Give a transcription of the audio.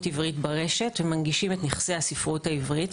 עברית ברשת שמנגישים את נכסי הספרות העברית.